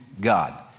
God